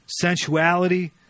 sensuality